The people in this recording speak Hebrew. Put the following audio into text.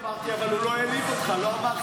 אמרתי: אבל הוא לא העליב אותך, הוא לא אמר כלום.